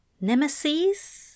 Nemesis